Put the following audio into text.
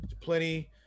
plenty